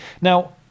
now